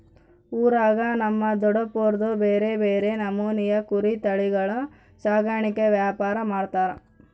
ಊರಾಗ ನಮ್ ದೊಡಪ್ನೋರ್ದು ಬ್ಯಾರೆ ಬ್ಯಾರೆ ನಮೂನೆವು ಕುರಿ ತಳಿಗುಳ ಸಾಕಾಣಿಕೆ ವ್ಯಾಪಾರ ಮಾಡ್ತಾರ